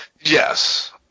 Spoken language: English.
yes